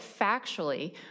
factually